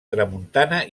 tramuntana